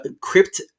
Crypt